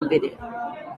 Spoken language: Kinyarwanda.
mbere